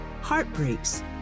heartbreaks